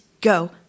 go